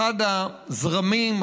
אחד הזרמים,